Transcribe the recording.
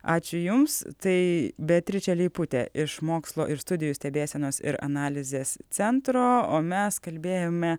ačiū jums tai beatričė leiputė iš mokslo ir studijų stebėsenos ir analizės centro o mes kalbėjome